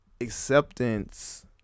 acceptance